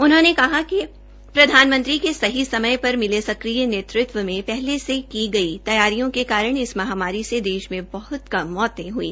उन्होंने कहा कि प्रधानमंत्री के सही समय पर मिले सक्रिय नेतृत्व मे पहले से ही की गई तैयारियों के कारण इस महामारी से देश में बह्त कम मौतें हई